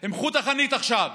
הם חוד החנית עכשיו